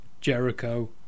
Jericho